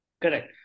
Correct